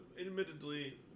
Admittedly